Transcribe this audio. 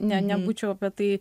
ne nebūčiau apie tai